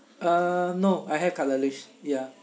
uh no I have cutleries ya